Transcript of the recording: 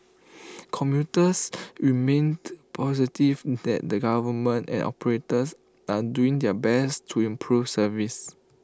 commuters remained positive that the government and operators are doing their best to improve service